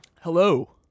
Hello